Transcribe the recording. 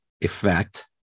effect